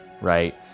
right